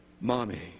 Mommy